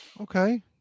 Okay